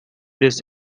this